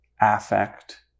affect